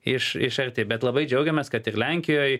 iš iš arti bet labai džiaugiamės kad ir lenkijoj